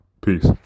Peace